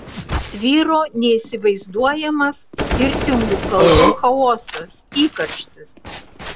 tvyro neįsivaizduojamas skirtingų kalbų chaosas įkarštis